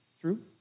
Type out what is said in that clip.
True